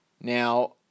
Now